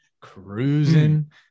Cruising